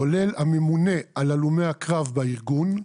כולל הממונה על הלומי הקרב בארגון,